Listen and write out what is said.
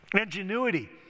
Ingenuity